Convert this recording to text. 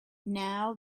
now